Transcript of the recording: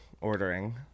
ordering